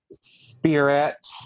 spirit